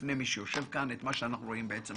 בפני מי שיושב כאן את מה שאנחנו רואים ב"עוגה".